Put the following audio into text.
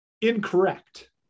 Incorrect